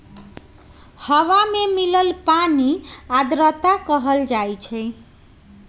हवा में मिलल पानी के आर्द्रता कहल जाई छई